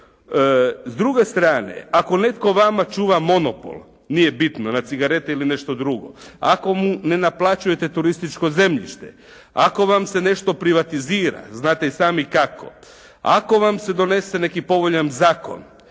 S druge strane, ako netko vama čuva monopol, nije bitno na cigarete ili nešto drugo, ako mu ne naplaćujete turističko zemljište, ako vam se nešto privatizira znate i sami kako. Ako vam se donese neki povoljan zakon